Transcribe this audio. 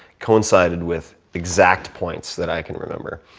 coincided with exact points that i can remember.